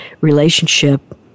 relationship